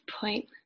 point